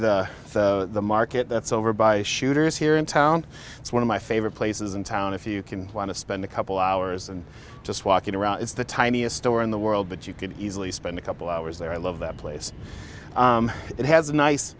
to the market that's over by shooters here in town it's one of my favorite places in town if you can want to spend a couple hours and just walking around it's the tiniest store in the world but you could easily spend a couple hours there i love that place it has a nice